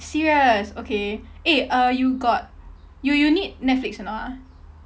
serious okay eh uh you got you you need netflix or not ah